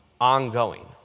ongoing